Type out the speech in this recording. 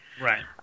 Right